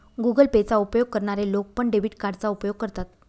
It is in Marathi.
गुगल पे चा उपयोग करणारे लोक पण, डेबिट कार्डचा उपयोग करतात